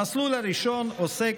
המסלול הראשון עוסק